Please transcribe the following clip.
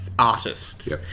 Artists